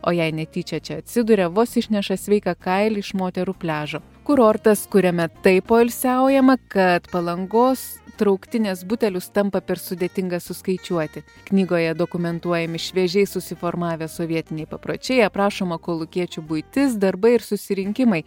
o jei netyčia čia atsiduria vos išneša sveiką kailį iš moterų pliažo kurortas kuriame taip poilsiaujama kad palangos trauktinės butelius tampa per sudėtinga suskaičiuoti knygoje dokumentuojami šviežiai susiformavę sovietiniai papročiai aprašoma kolūkiečių buitis darbai ir susirinkimai